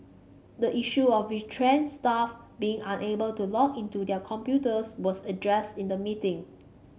the issue of retrenched staff being unable to log into their computers was addressed in the meeting